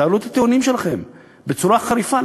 תעלו את הטיעונים שלכם בצורה חריפה.